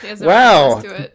Wow